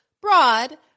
broad